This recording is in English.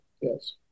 yes